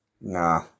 Nah